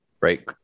right